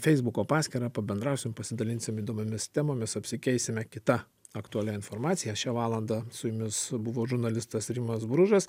feisbuko paskyrą pabendrausim pasidalinsim įdomiomis temomis apsikeisime kita aktualia informacija šią valandą su jumis buvo žurnalistas rimas bružas